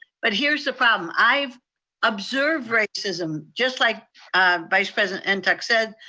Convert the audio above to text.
but here's the problem. i've observed racism, just like vice president and ntuk said,